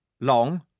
Long